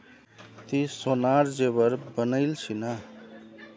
ती सोनार जेवर बनइल छि न